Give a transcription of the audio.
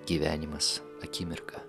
gyvenimas akimirka